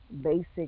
basic